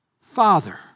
Father